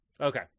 Okay